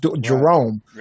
Jerome